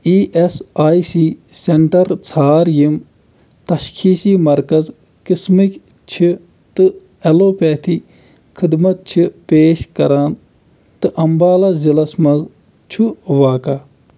E S I C centre ژھار یِم تشخیٖصی مرکز قٕسمٕکۍ چھِ تہٕ اٮ۪لوپیتھی خدمت چھِ پیش کران تہٕ امبالہ ضلعس مَنٛز چھُ واقعہ